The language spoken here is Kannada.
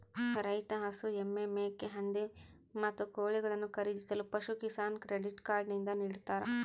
ರೈತ ಹಸು, ಎಮ್ಮೆ, ಮೇಕೆ, ಹಂದಿ, ಮತ್ತು ಕೋಳಿಗಳನ್ನು ಖರೀದಿಸಲು ಪಶುಕಿಸಾನ್ ಕ್ರೆಡಿಟ್ ಕಾರ್ಡ್ ನಿಂದ ನಿಡ್ತಾರ